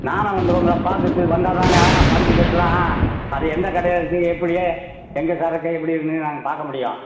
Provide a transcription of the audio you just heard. நானும் வந்து உங்களை பார்த்துட்டு வந்தால் தாங்க பம்ப்பு செட்லாம் அது எந்த கடையில் வைப்பீங்க எப்படி எங்கே சரக்கு எப்படி இருக்குன்னு நாங்கள் பார்க்க முடியும்